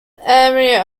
area